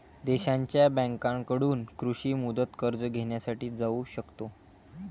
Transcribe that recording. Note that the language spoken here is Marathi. देशांच्या बँकांकडून कृषी मुदत कर्ज घेण्यासाठी जाऊ शकतो